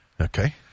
Okay